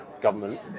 Government